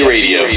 Radio